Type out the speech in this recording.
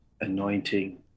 anointing